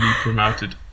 promoted